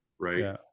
right